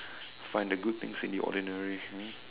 find the good things in the ordinary ah